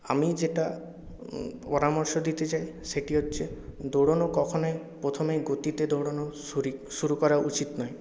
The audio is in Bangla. আমি যেটা পরামর্শ দিতে চাই সেটি হচ্ছে দৌড়োনো কখনই প্রথমে গতিতে দৌড়ানো শুরু করা উচিৎ নয়